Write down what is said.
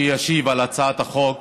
שישיב על הצעת החוק,